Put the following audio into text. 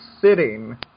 sitting